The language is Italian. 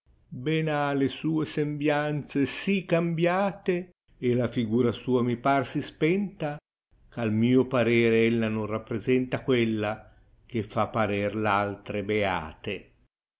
ha le sue sembiante si cambiate e la figura sua mi par si spentaj gh al mio parere ella non rapjnta quella che fa parer l'altre beate